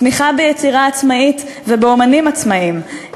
תמיכה ביצירה עצמאית ובאמנים עצמאים,